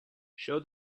show